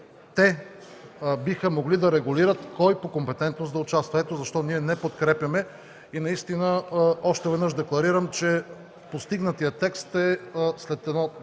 биха могли да регулират кой по компетентност да участва. Ето защо ние не подкрепяме предложението. Още веднъж декларирам, че постигнатият текст след едно